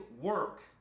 work